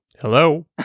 Hello